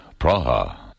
Praha